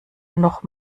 noch